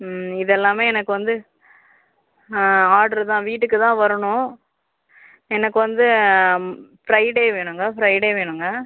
இதெல்லாமே எனக்கு வந்து ஆட்ரு தான் வீட்டுக்கு தான் வரணும் எனக்கு வந்து ஃப்ரைடே வேணுங்க ஃப்ரைடே வேணுங்க